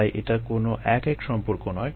তাই এটা কোনো এক এক সম্পর্ক নয়